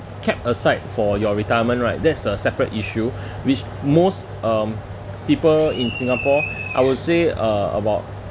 kept aside for your retirement right that's a separate issue which most um people in singapore I would say uh about